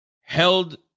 held